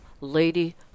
lady